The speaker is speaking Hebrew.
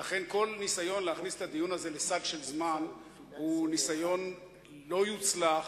לכן כל ניסיון להכניס את הדיון הזה לסד של זמן הוא ניסיון לא יצלח,